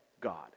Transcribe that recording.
God